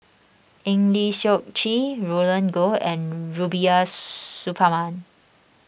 Eng Lee Seok Chee Roland Goh and Rubiah Suparman